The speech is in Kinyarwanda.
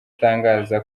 atangaza